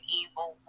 evil